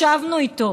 ישבנו איתו,